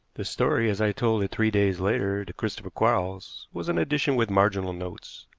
the story, as i told it three days later to christopher quarles, was an edition with marginal notes,